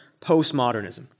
postmodernism